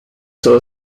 sell